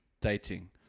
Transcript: dating